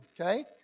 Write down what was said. Okay